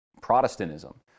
Protestantism